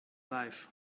life